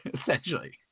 essentially